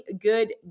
Good